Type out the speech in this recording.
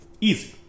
Easy